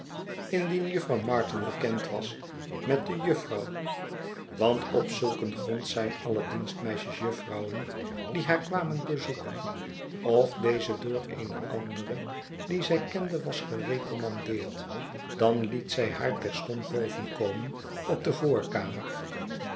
indien jufvrouw martin bekend was met de jufvrouw want op zulken grond zijn alle dienstmeisjes jufvrouwen die haar kwam bezoeken of deze door eene andere die zij kende was gerecommandeerd dan liet zij haar terstond bovenkomen op de voorkamer